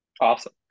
Awesome